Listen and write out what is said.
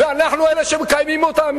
ואנחנו אלה שמקיימים אותה,